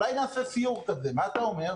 אולי נעשה סיור כזה, מה אתה אומר?